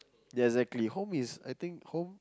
exactly home is I think home